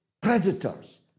predators